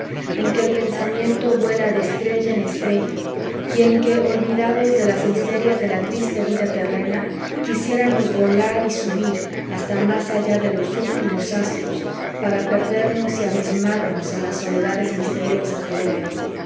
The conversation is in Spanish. en que el pensamiento vuela de estrella en estrella y en que olvidados de las miserias de la triste vida terrena quisiéramos volar y subir hasta más allá de los últimos astros para perdernos y abismarnos en las soledades misteriosas del éter